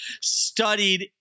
studied